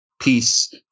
peace